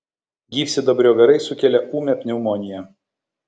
gyvsidabrio garai sukelia ūmią pneumoniją